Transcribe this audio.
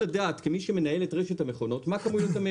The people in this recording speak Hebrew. כמי שמנהל את רשת המכונות אתה צריך לדעת מה תלוי ---.